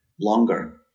longer